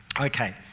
Okay